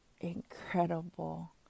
incredible